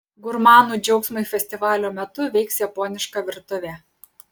gurmanų džiaugsmui festivalio metu veiks japoniška virtuvė